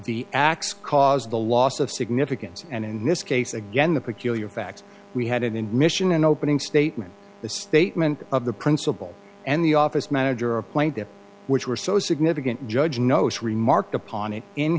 acts caused the loss of significance and in this case again the peculiar fact we had in the mission and opening statement the statement of the principal and the office manager a point there which were so significant judge knows remarked upon it in